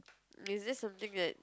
is there something that